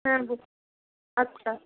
হ্যাঁ আচ্ছা